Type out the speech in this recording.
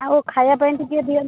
ଆଉ ଖାଇବାପାଇଁ ଟିକିଏ ଦିଅ